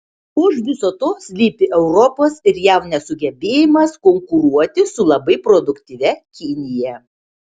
už viso to slypi europos ir jav nesugebėjimas konkuruoti su labai produktyvia kinija